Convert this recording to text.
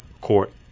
court